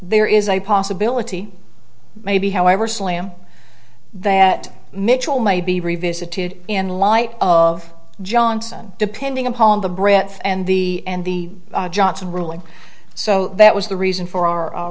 there is a possibility maybe however slim that mitchell may be revisited in light of johnson depending upon the brett and the and the johnson ruling so that was the reason for our